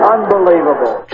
Unbelievable